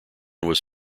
was